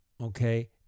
okay